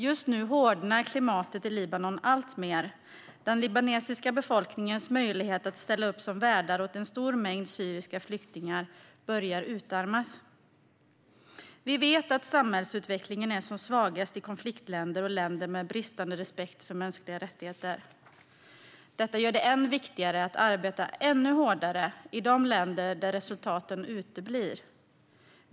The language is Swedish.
Just nu hårdnar klimatet i Libanon alltmer, och den libanesiska befolkningens möjlighet att ställa upp som värdar åt en stor mängd syriska flyktingar börjar utarmas. Vi vet att samhällsutvecklingen är som svagast i konfliktländer och länder med bristande respekt för mänskliga rättigheter. Detta gör det än viktigare att arbeta ännu hårdare i de länder där resultaten uteblir.